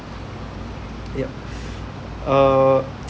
yup err